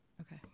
Okay